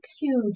huge